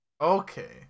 Okay